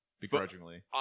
begrudgingly